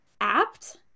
apt